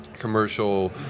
commercial